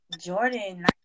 Jordan